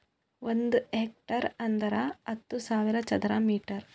ಒಂದ್ ಹೆಕ್ಟೇರ್ ಅಂದರ ಹತ್ತು ಸಾವಿರ ಚದರ ಮೀಟರ್